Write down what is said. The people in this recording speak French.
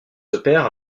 opèrent